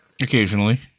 Occasionally